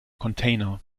container